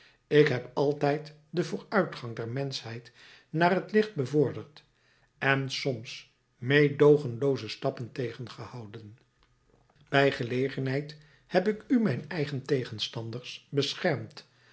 ik heb altijd den vooruitgang der menschheid naar het licht bevorderd en soms meedoogenlooze stappen tegengehouden bij gelegenheid heb ik u mijn eigen tegenstanders beschermd